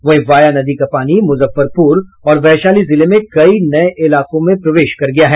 वहीं वाया नदी का पानी मुजफ्फरपुर और वैशाली जिले में कई नये इलाकों में प्रवेश कर गया है